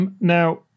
Now